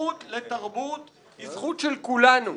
הזכות לתרבות היא זכות של כולנו.